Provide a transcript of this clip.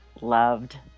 loved